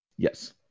Yes